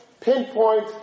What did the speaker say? pinpoint